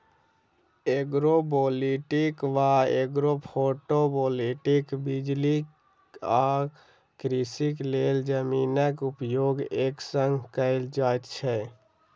agrovoltaic वा agrophotovoltaic बिजली आ कृषिक लेल जमीनक उपयोग एक संग कयल जाइत छै